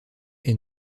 est